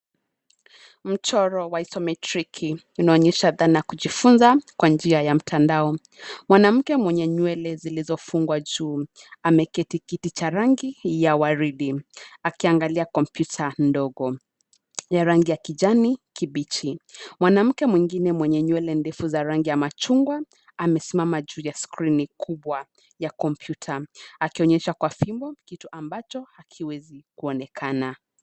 Mchoro ya isometriki, inaonyesha dhana ya kujifunza, kwa njia ya mtandao, mwanamke mwenye nywele zilizofungwa juu, ameketi kiti cha rangi ya waridi, akiangalia kompyuta ndogo, ya rangi ya kijani, kibichi, mwanamke mwingine mwenye nywele ndefu za rangi ya machungwa, amesimama juu ya skrini kubwa, ya kompyuta, akionyesha kwa fimbo, kitu ambacho, hakiwezi kuonekana.